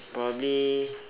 probably